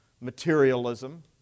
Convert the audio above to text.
materialism